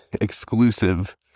exclusive